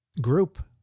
group